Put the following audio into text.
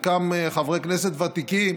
חלקם חברי כנסת ותיקים,